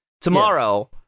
Tomorrow